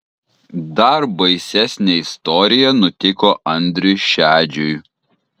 dar baisesnė istorija nutiko andriui šedžiui